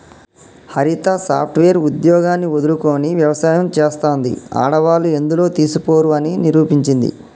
హరిత software ఉద్యోగాన్ని వదులుకొని వ్యవసాయం చెస్తాంది, ఆడవాళ్లు ఎందులో తీసిపోరు అని నిరూపించింది